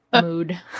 mood